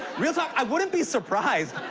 real talk. i wouldn't be surprised.